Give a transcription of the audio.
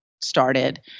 started –